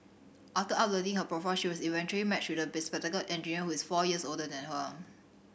after uploading her profile she was eventually matched with a bespectacled engineer who is four years older than her